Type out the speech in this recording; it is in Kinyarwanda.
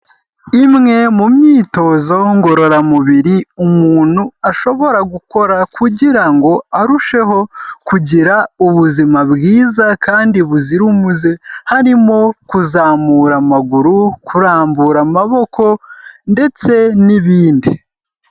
Imwe mu myitozo ngororamubiri, umuntu ashobora gukora kugira ngo arusheho kugira ubuzima bwiza kandi buzira umuze harimo kuzamura amaguru, kurambura amaboko ndetse n'ibindi.